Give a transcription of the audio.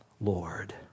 Lord